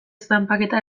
zanpaketa